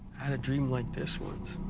had a dream like this once.